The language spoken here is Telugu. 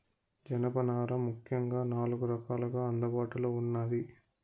జనపనార ముఖ్యంగా నాలుగు రకాలుగా అందుబాటులో ఉన్నాది